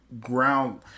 ground